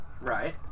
Right